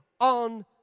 on